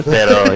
Pero